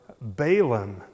Balaam